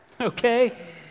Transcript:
Okay